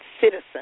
citizen